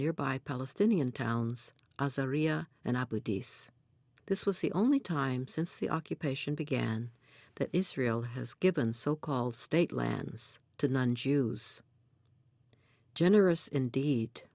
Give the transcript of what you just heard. nearby palestinian towns as area and this was the only time since the occupation began that israel has given so called state lands to non jews generous indeed